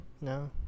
No